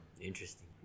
interesting